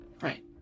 Right